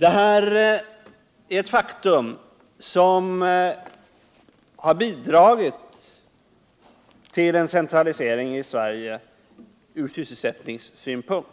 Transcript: Det här är ett faktum som har bidragit till en centralisering i Sverige ur sysselsättningssynpunkt.